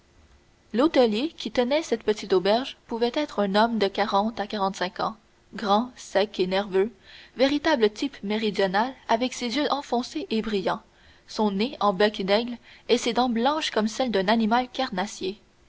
l'hôtelier qui tenait cette petite auberge pouvait être un homme de quarante à quarante-cinq ans grand sec et nerveux véritable type méridional avec ses yeux enfoncés et brillants son nez en bec d'aigle et ses dents blanches comme celles d'un animal carnassier